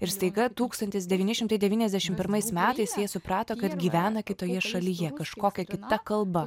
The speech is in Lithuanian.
ir staiga tūkstantis devyni šimtai devyniasdešimt pirmais metais jie suprato kad gyvena kitoje šalyje kažkokia kita kalba